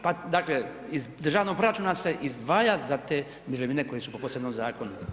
Pa, dakle iz državnog proračuna se izdvaja za te mirovine koje su po posebnom zakonu.